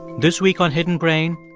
this week on hidden brain,